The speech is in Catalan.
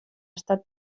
estat